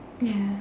ya